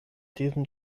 diesem